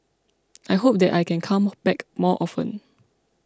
I hope that I can come back more often